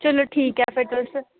चलो ठीक ऐ फिर तुस